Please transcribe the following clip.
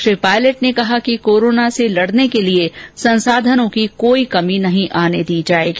श्री पायलट ने कहा कि कोरोना से लड़ने के लिए संसाधनों की कोई कमी नहीं आने दी जाएगी